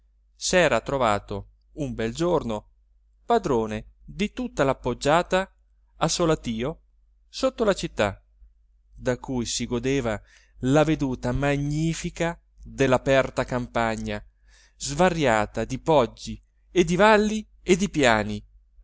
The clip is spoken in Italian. naca s'era trovato un bel giorno padrone di tutta la poggiata a solatio sotto la città da cui si godeva la veduta magnifica dell'aperta campagna svariata di poggi e di valli e di piani